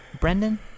brendan